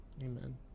Amen